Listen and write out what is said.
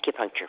acupuncture